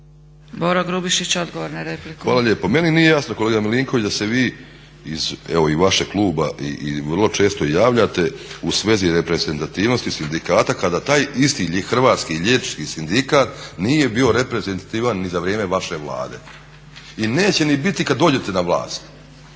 **Grubišić, Boro (HDSSB)** Hvala lijepo. Meni nije jasno kolega Milinković da se vi iz vašeg kluba vrlo često javljate u svezi reprezentativnosti sindikata kada taj isti Hrvatski liječnički sindikat nije bio reprezentativan ni za vrijeme vaše Vlade i neće ni biti kad dođete na vlast